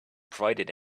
provided